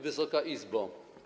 Wysoka Izbo!